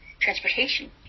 transportation